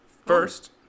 First